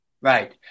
Right